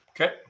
Okay